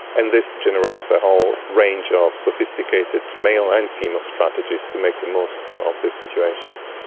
and this generates a whole range of sophisticated male and female strategies to make the most of the situations.